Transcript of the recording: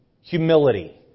humility